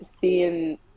seeing